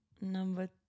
Number